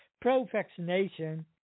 pro-vaccination